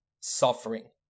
suffering